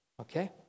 Okay